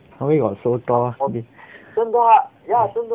probably got so tall